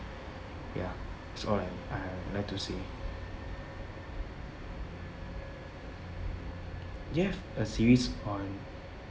ya so I I'd like to say do you have a series on